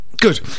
Good